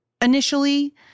initially